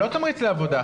זה לא תמריץ לעבודה.